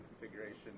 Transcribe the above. configuration